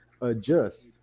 adjust